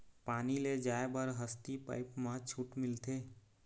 पानी ले जाय बर हसती पाइप मा छूट मिलथे?